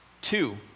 Two